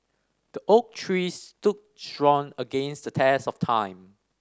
the oak trees stood strong against the test of time